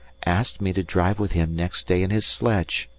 asked me to drive with him next day in his sledge.